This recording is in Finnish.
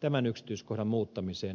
tämän yksityiskohdan muuttamiselle